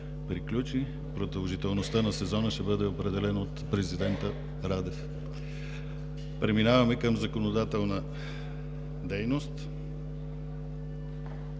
Продължителността на сезона ще бъде определен от президента Радев. Преминаваме към законодателната дейност.